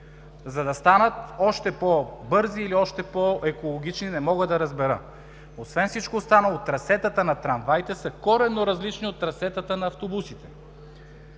за да станат още по-бързи или още по-екологични – не мога да разбера?! Освен това трасетата на трамваите са коренно различни от трасетата на автобусите